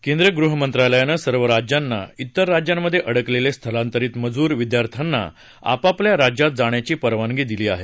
केंद्रीय गृह मंत्रालयानं सर्व राज्यांना तिर राज्यांमध्ये अडकलेले स्थलांतरीत मजूर विद्यार्थ्यांना आपापल्या राज्यात जाण्याची परवानगी दिली आहे